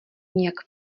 nijak